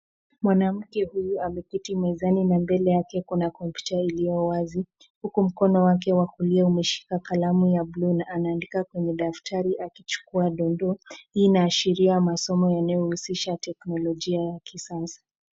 Mwanamke huyu ameketi mezani na mbele yake kuna kompyuta iliyo wazi huku mkono wake wa kulia umeshika kalamu ya bluu na anaandika kwenye daftari akichukua dondoo. Hii inaashiria masomo yanayo husisha teknolojia ya kisasa